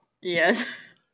Yes